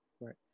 Right